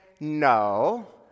no